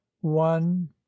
one